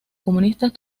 comunistas